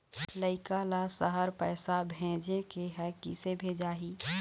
लइका ला शहर पैसा भेजें के हे, किसे भेजाही